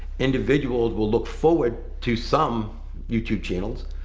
individuals will look forward to some youtube channels.